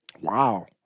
Wow